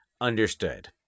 Understood